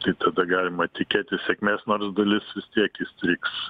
tai tada galima tikėtis sėkmės nors dalis vis tiek įstrigs